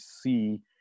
see